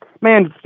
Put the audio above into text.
Man